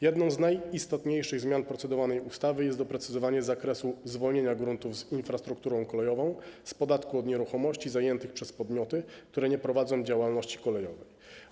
Jedną z najistotniejszych zmian procedowanej ustawy jest doprecyzowanie zakresu zwolnienia gruntów z infrastrukturą kolejową z podatku od nieruchomości zajętych przez podmioty, które nie prowadzą działalności kolejowej.